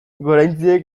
goraintziak